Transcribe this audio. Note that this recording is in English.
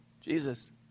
Jesus